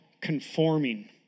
conforming